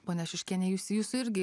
ponia šiuškienė jūs jūs irgi